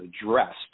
addressed